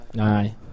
aye